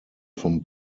vom